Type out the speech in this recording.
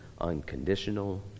unconditional